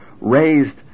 raised